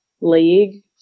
league